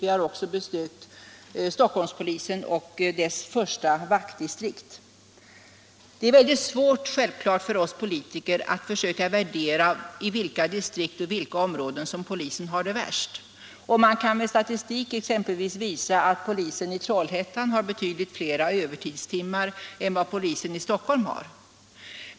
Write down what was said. Vi har också besökt Stockholmspolisen och dess första vaktdistrikt. Det är självfallet mycket svårt för oss politiker att försöka bedöma i vilka distrikt och på vilka områden som polisen har det värst. Polisen har säkert över hela landet en bekymmersam arbetssituation. Man kan exempelvis med statistik visa att polisen i Trollhättan har betydligt fler övertidstimmar än vad polisen i Stockholm har.